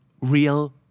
Real